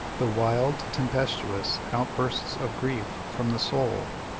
the wild, tempestuous outbursts of grief from the soul.